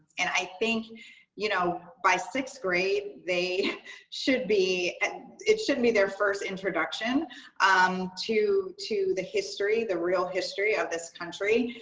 and i think you know by sixth grade they should be and it shouldn't be their first introduction um to to the history the real history of this country.